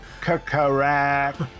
Correct